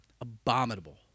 abominable